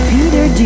Peter